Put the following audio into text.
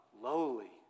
lowly